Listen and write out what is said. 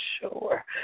sure